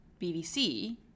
BBC